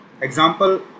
Example